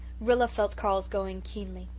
rilla felt carl's going keenly.